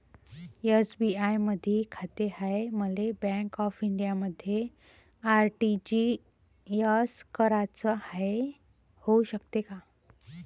SBI मधी खाते हाय, मले बँक ऑफ इंडियामध्ये आर.टी.जी.एस कराच हाय, होऊ शकते का?